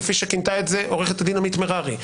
כפי שכינתה את זה עו"ד עמית מררי,